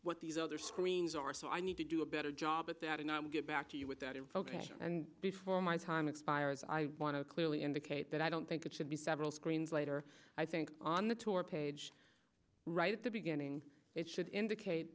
what these other screens are so i need to do a better job at that and i will get back to you with that info before my time expires i want to clearly indicate that i don't think it should be several screens later i think on the tour page right at the beginning it should indicate